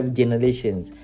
generations